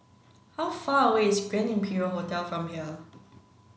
how far away is Grand Imperial Hotel from here